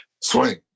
swing